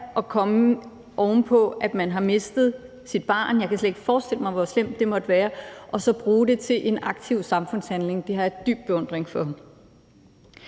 at man oven på at have mistet sit barn – jeg kan slet ikke forestille mig, hvor slemt det måtte være – så kan bruge det til en aktiv samfundshandling. Det har jeg en dyb beundring for.